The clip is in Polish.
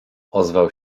ozwał